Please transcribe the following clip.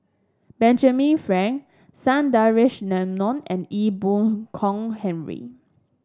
Benjamin Frank Sundaresh Menon and Ee Boon Kong Henry